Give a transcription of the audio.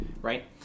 right